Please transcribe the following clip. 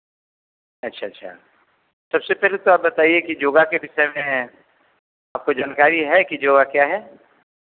अच्छा अच्छा सबसे पहले तो आप बताइए कि योग के विषय में आपको जानकारी है कि योग क्या है